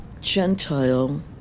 Gentile